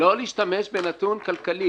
לא להשתמש בנתון כלכלי.